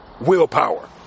willpower